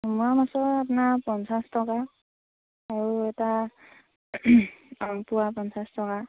মোৱা মাছৰ আপোনাৰ পঞ্চাছ টকা আৰু এটা আৰু এপোৱা পঞ্চাছ টকা